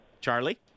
charlie